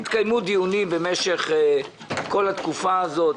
התקיימו דיונים במשך כל התקופה הזאת,